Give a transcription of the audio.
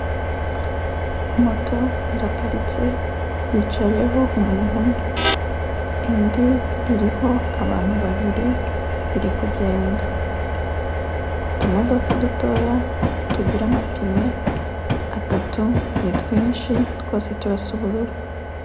Moto iraparitse, yicayeho umuntu umwe, indi iriho abantu babiri iri kugenda. Utumodoka dutoya tugira amapine atatu, ni twinshi twose turasa ubururu.